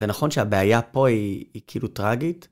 זה נכון שהבעיה פה היא כאילו טרגית?